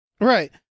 Right